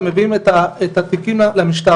הם מביאים את התיקים למשטרה,